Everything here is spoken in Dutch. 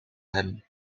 hem